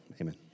Amen